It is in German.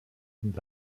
und